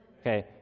Okay